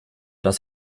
dass